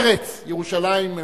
מרצ, ירושלים מאוחדת.